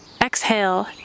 exhale